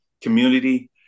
community